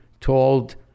told